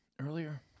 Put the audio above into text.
earlier